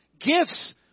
Gifts